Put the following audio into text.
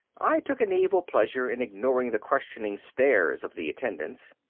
i took an evil pleasure in ignoring the questioning stares of the attendants.